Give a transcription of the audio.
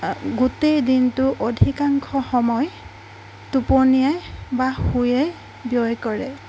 আ গোটেই দিনটো অধিকাংশ সময় টোপনিয়াই বা শুইয়ে ব্যয় কৰে